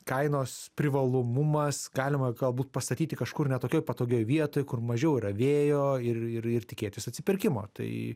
kainos privalomumas galima galbūt pastatyti kažkur ne tokioj patogioj vietoj kur mažiau yra vėjo ir ir tikėtis atsipirkimo tai